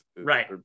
Right